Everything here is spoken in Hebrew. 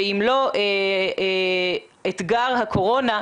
ואם לא אתגר הקורונה,